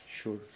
sure